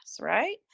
right